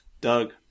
Doug